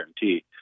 guarantee